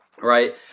right